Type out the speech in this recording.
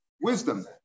wisdom